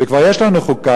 וכבר יש לנו חוקה,